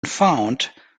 found